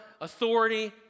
authority